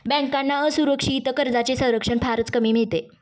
बँकांना असुरक्षित कर्जांचे संरक्षण फारच कमी मिळते